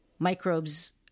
microbes